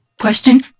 Question